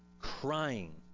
crying